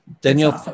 Daniel